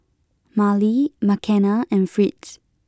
Mallie Makenna and Fritz